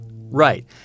Right